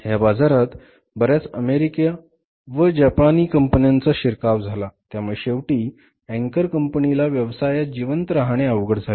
ह्या बाजारात बऱ्याच अमेरिकी व जपानी कंपन्यांचा शिरकाव झाला त्यामुळे शेवटी अँकर कंपनीला व्यवसायात जिवंत रहाणे अवघड झाले